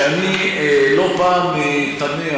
למה פילגש?